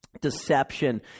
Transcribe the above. deception